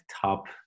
top